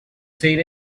seen